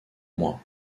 moi